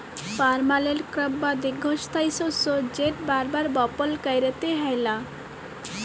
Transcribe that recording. permanent crop বা দীঘ্ঘস্থায়ী শস্য যেট বার বার বপল ক্যইরতে হ্যয় লা